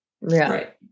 Right